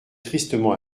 tristement